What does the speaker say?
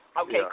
Okay